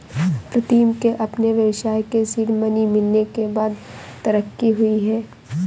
प्रीतम के अपने व्यवसाय के सीड मनी मिलने के बाद तरक्की हुई हैं